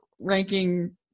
ranking